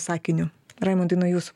sakiniu raimundai nuo jūs